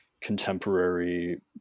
contemporary